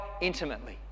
intimately